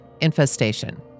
infestation